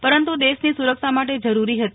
પરંતુ દેશની સુરક્ષા માટે જરૂરી હતી